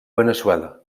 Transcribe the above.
veneçuela